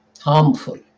harmful